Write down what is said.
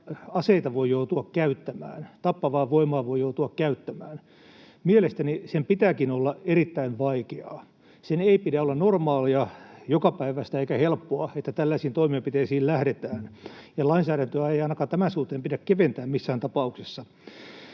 aseita voi joutua käyttämään, tappavaa voimaa voi joutua käyttämään. Mielestäni sen pitääkin olla erittäin vaikeaa. Sen ei pidä olla normaalia, jokapäiväistä eikä helppoa, että tällaisiin toimenpiteisiin lähdetään, ja lainsäädäntöä ei ainakaan tämän suhteen pidä keventää missään tapauksessa.